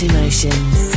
Emotions